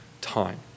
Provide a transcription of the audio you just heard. time